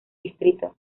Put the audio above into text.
distrito